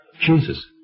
Jesus